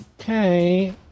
Okay